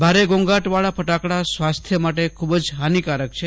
ભારે ઘોંઘાટવાળા ફટાકડા સ્વાસ્થ્ય માટે ખૂબ જ હાનિકારક છે